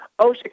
OSHA